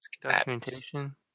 documentation